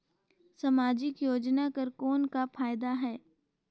समाजिक योजना कर कौन का फायदा है?